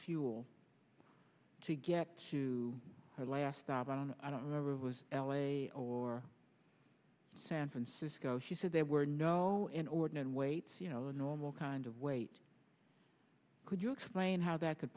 fuel to get to her last stop on i don't remember it was l a or san francisco she said there were no inordinate waits you know the normal kind of wait could you explain how that could